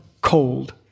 cold